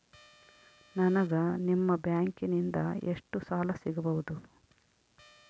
ನನಗ ನಿಮ್ಮ ಬ್ಯಾಂಕಿನಿಂದ ಎಷ್ಟು ಸಾಲ ಸಿಗಬಹುದು?